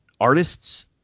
artists